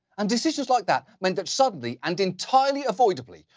and decisions like that meant that suddenly, and entirely avoidable,